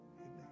Amen